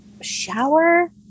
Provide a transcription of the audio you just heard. shower